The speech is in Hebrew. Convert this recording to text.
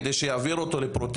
כדי שיעביר את זה לפרוטקשיין.